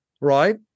right